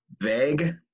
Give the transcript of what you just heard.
vague